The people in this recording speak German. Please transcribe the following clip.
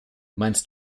meinst